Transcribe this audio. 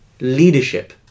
leadership